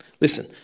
listen